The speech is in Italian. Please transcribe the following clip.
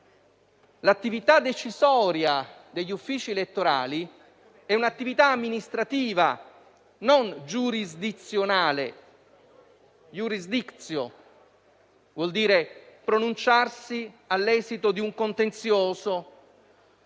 l'attività decisoria degli uffici elettorali è un'attività amministrativa, non giurisdizionale (*iurisdictio* vuol dire pronunciarsi all'esito di un contenzioso